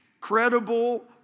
credible